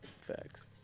facts